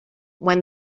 when